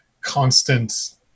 constant